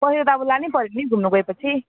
परिवार त अब लानै पऱ्यो नि घुम्नु गए पछि